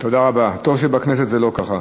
טוב שבכנסת זה לא ככה.